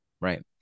Right